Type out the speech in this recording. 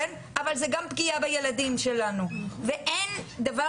אבל זה גם פגיעה בילדים שלנו ואין דבר